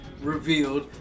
Revealed